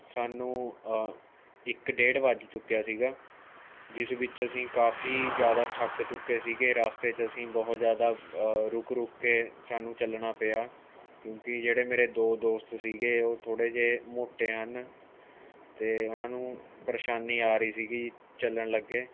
ਸਾਨੂੰ ਇੱਕ ਡੇਢ ਵੱਜ ਚੁੱਕਿਆ ਸੀ ਜਿਸ ਵਿੱਚ ਅਸੀਂ ਕਾਫ਼ੀ ਜ਼ਿਆਦਾ ਥੱਕ ਚੁੱਕੇ ਸੀ ਰਸਤੇ 'ਚ ਅਸੀਂ ਬਹੁਤ ਜ਼ਿਆਦਾ ਰੁਕ ਰੁਕ ਕੇ ਸਾਨੂੰ ਚੱਲਣਾ ਪਿਆ ਕਿਉਂਕਿ ਜਿਹੜੇ ਮੇਰੇ ਦੋ ਦੋਸਤ ਸੀ ਉਹ ਥੋੜੇ ਜਿਹੇ ਮੋਟੇ ਹਨ ਅਤੇ ਉਹਨਾਂ ਨੂੰ ਪਰੇਸ਼ਾਨੀ ਆ ਰਹੀ ਸੀ ਜੀ ਚੱਲਣ ਲੱਗੇ